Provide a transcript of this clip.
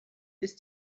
ist